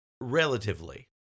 relatively